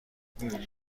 دیزل